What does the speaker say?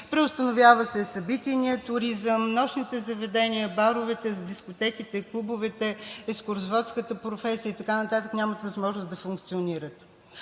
преустановява се събитийният туризъм – нощните заведения, баровете, дискотеките, клубовете, екскурзоводската професия и така нататък нямат възможност да функционират.